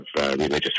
religious